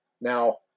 Now